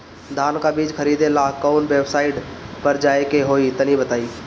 धान का बीज खरीदे ला काउन वेबसाइट पर जाए के होई तनि बताई?